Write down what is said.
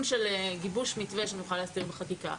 של גיבוש מתווה שנוכל להסביר בחקיקה.